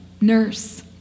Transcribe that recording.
nurse